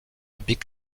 big